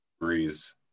degrees